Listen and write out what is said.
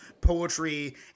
poetry